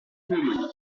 pneumonie